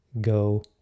go